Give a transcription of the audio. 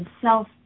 self